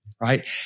right